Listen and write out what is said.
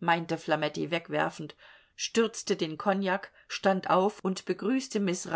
meinte flametti wegwerfend stürzte den kognak stand auf und begrüßte miß